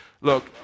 look